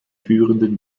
führenden